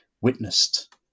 witnessed